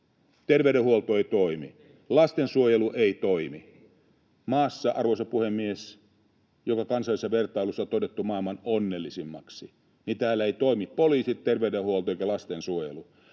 Heinonen: Niin!] ”lastensuojelu ei toimi”. Maassa, arvoisa puhemies, joka kansainvälisessä vertailussa on todettu maailman onnellisimmaksi, ei toimi poliisi, terveydenhuolto eikä lastensuojelu.